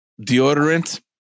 deodorant